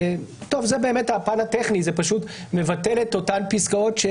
זה באמת הפן הטכני, זה פשוט מבטל את אותן פסקאות.